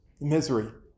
Misery